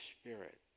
Spirit